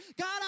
God